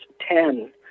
Ten